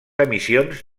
emissions